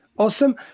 Awesome